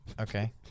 Okay